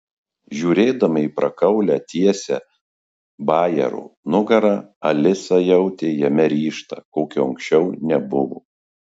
žiūrėdama į prakaulią tiesią bajaro nugarą alisa jautė jame ryžtą kokio anksčiau nebuvo